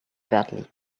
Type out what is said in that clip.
badly